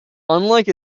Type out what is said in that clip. unlike